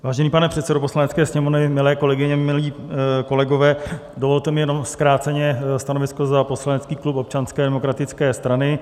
Vážený pane předsedo Poslanecké sněmovny, milé kolegyně, milí kolegové, dovolte mi jenom zkráceně stanovisko za poslanecký klub Občanské demokratické strany.